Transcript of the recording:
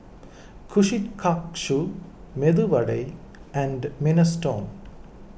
Kushikatsu Medu Vada and Minestrone